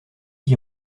qui